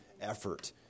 effort